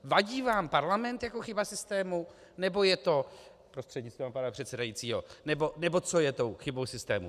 Vadí vám parlament jako chyba systému, nebo je to, prostřednictvím pana předsedajícího, nebo co je tou chybou v systému?